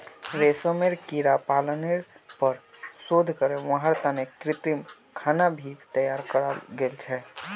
रेशमेर कीड़ा पालनेर पर शोध करे वहार तने कृत्रिम खाना भी तैयार कराल गेल छे